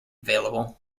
available